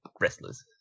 wrestlers